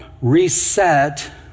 reset